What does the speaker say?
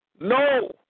No